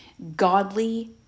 Godly